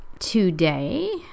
Today